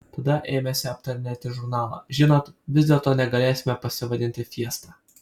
tada ėmėsi aptarinėti žurnalą žinot vis dėlto negalėsime pasivadinti fiesta